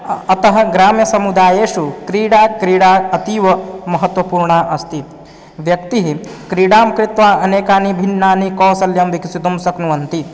अतः ग्राम्यसमुदायेषु क्रीडा क्रीडा अतीवमहत्त्वपूर्णा अस्ति व्यक्तिः क्रीडां कृत्वा अनेकानि भिन्नानि कौशल्यं विकसितुं शक्नुवन्ति